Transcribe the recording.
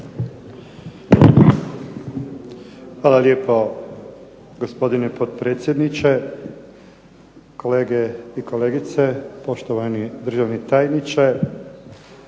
Hvala lijepo gospodine potpredsjedniče, kolege i kolegice, poštovani državni tajniče.